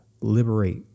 liberate